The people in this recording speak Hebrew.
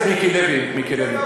תקשיב.